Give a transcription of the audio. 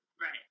Right